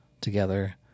together